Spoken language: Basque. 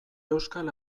euskal